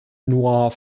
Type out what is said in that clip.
nur